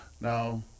Now